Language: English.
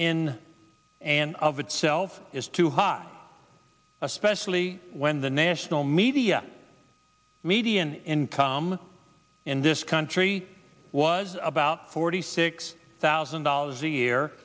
in and of itself is too high especially when the national media median income in this country was about forty six thousand dollars a year